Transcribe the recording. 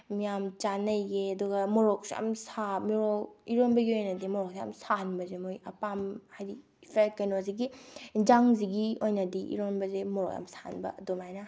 ꯌꯥꯝ ꯆꯥꯟꯅꯩꯌꯦ ꯑꯗꯨꯒ ꯃꯣꯔꯣꯛꯁꯨ ꯌꯥꯝ ꯁꯥ ꯃꯣꯔꯣꯛ ꯏꯔꯣꯟꯕꯒꯤ ꯑꯣꯏꯅꯗꯤ ꯃꯣꯔꯣꯛꯁꯦ ꯌꯥꯝ ꯁꯥꯍꯟꯕꯁꯦ ꯃꯣꯏ ꯑꯄꯥꯝ ꯍꯥꯏꯗꯤ ꯀꯩꯅꯣꯁꯤꯒꯤ ꯑꯦꯟꯁꯥꯡ ꯑꯣꯏꯅꯗꯤ ꯏꯔꯣꯟꯕꯁꯦ ꯃꯣꯔꯣꯛ ꯌꯥꯝ ꯁꯥꯍꯟꯕ ꯑꯗꯨꯃꯥꯏꯅ